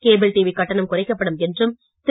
cable TV கட்டணம் குறைக்கப்படும் என்றும் திரு